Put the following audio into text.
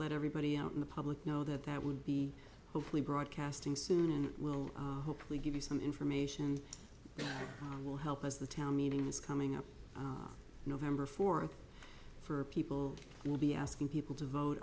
let everybody out in the public know that that would be hopefully broadcasting soon and it will hopefully give you some information will help us the town meeting is coming up november fourth for people who will be asking people to vote